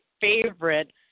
favorite